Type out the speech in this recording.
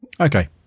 Okay